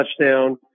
touchdown